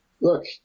Look